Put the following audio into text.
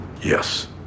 yes